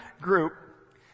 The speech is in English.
group